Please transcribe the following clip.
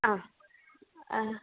ആ ആ